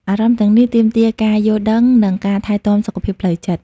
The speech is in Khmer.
អារម្មណ៍ទាំងនេះទាមទារការយល់ដឹង និងការថែទាំសុខភាពផ្លូវចិត្ត។